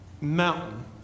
mountain